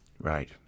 Right